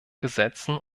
gesetzen